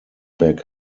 back